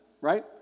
right